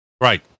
Right